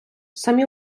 самі